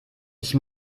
ich